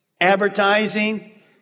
Advertising